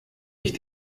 ich